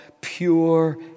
pure